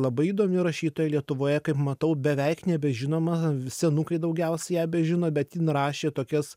labai įdomi rašytoja lietuvoje kaip matau beveik nebežinoma visi anūkai daugiausiai ją bežino bet jin rašė tokias